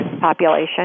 population